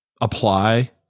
Apply